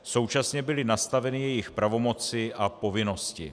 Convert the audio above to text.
Současně byly nastaveny jejich pravomoci a povinnosti.